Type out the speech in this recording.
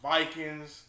Vikings